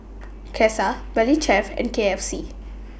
Cesar Valley Chef and K F C